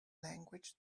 language